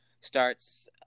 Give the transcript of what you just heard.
starts